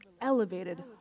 elevated